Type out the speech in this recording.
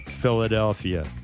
Philadelphia